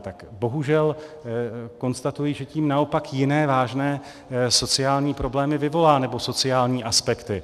Tak bohužel, konstatuji, že tím naopak jiné vážné sociální problémy nebo sociální aspekty vyvolá.